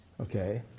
okay